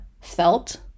felt